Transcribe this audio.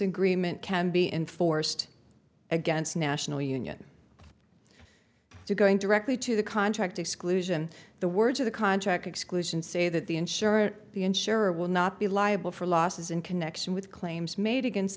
agreement can be enforced against national union to going directly to the contract exclusion the words of the contract exclusion say that the insurer the insurer will not be liable for losses in connection with claims made against